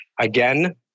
Again